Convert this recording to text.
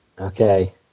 Okay